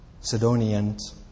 Sidonians